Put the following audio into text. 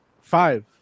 Five